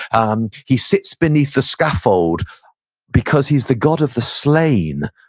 um he sits beneath the scaffold because he's the god of the slain.